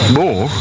more